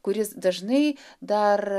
kuris dažnai dar